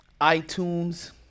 iTunes